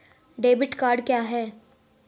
Debit card क्या है?